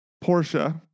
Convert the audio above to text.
Portia